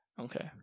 Okay